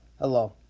Hello